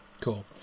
Cool